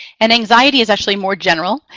and anxiety is actually more general.